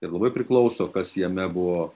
ir labai priklauso kas jame buvo